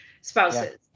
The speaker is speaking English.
spouses